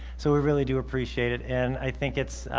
so we really do appreciate it and i think it's